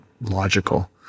logical